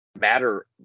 matter